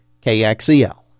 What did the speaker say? KXEL